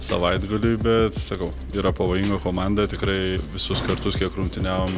savaitgaliui bet sakau yra pavojinga komanda tikrai visus kartus kiek rungtyniavom